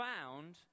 found